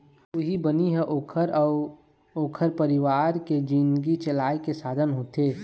उहीं बनी ह ओखर अउ ओखर परिवार के जिनगी चलाए के साधन होथे